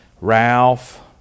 Ralph